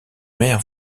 mère